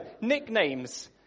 nicknames